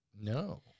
No